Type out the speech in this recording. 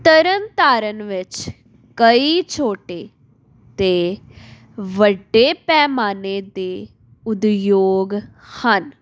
ਤਰਨ ਤਾਰਨ ਵਿੱਚ ਕਈ ਛੋਟੇ ਅਤੇ ਵੱਡੇ ਪੈਮਾਨੇ ਦੇ ਉਦਯੋਗ ਹਨ